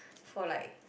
for like